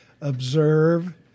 observe